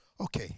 Okay